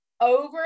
over